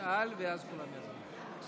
בתקנון כתוב שאם הממשלה תומכת, אפשר,